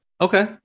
Okay